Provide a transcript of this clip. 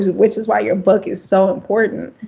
which is why your book is so important.